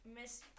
Miss